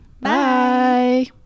Bye